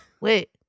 Wait